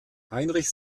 heinrich